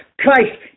Christ